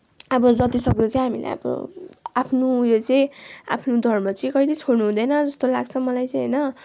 अब जतिसक्दो चाहिँ हामीले अब आफ्नो यो चाहिँ आफ्नो धर्म चाहिँ कहिल्यै छोड्नु हुँदैन जस्तो लाग्छ मलाई चाहिँ होइन